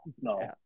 no